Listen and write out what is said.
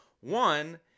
One